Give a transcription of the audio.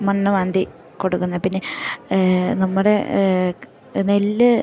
മണ്ണ് മാന്തി കൊടുക്കുന്ന പിന്നെ നമ്മുടെ നെല്ല്